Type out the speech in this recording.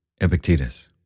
Epictetus